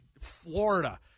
Florida